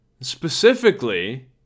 Specifically